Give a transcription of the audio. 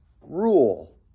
rule